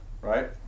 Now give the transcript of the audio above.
Right